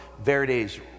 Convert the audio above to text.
Verde's